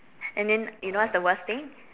and then you know what's the worst thing